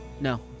No